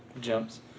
Jumps